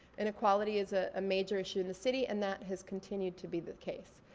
inequality is a major issue in the city and that has continued to be the case.